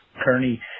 Kearney